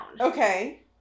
Okay